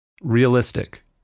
Realistic